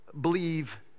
believe